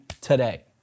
today